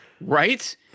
right